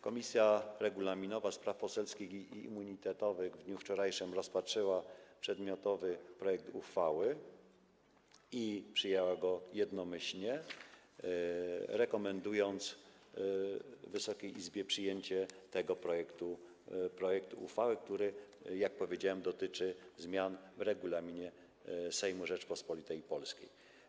Komisja Regulaminowa, Spraw Poselskich i Immunitetowych w dniu wczorajszym rozpatrzyła przedmiotowy projekt uchwały i przyjęła go jednomyślnie, rekomendując Wysokiej Izbie przyjęcie tego projektu uchwały, który - jak powiedziałem - dotyczy zmian w Regulaminie Sejmu Rzeczypospolitej Polskiej.